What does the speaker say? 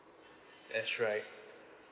that's right